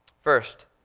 First